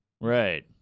Right